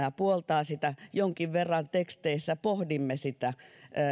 ja puoltaa sitä jonkin verran teksteissä pohdimme sitä